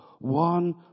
One